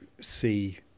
see